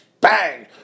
bang